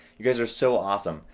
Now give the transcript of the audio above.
you guys are so awesome!